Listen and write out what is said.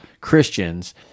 Christians